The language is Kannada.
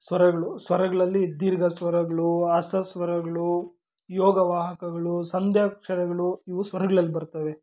ಸ್ವರಗಳು ಸ್ವರಗಳಲ್ಲಿ ದೀರ್ಘ ಸ್ವರಗಳು ಆಸಾ ಸ್ವರಗಳು ಯೋಗವಾಹಕಗಳು ಸಂಧ್ಯಾಕ್ಷರಗಳು ಇವು ಸ್ವರಗ್ಳಲ್ಲಿ ಬರ್ತವೆ